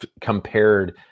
compared